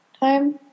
time